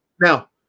Now